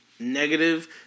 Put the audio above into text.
Negative